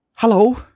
Hello